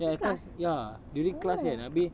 at the class ya during class kan habis